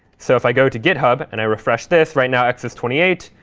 so if i go to github, and i refresh this, right now x is twenty eight.